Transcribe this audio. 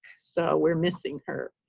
so we're missing her.